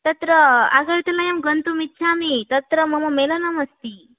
तत्र आगर्तलायां गन्तुमिच्छामि तत्र मम मेलनमस्ति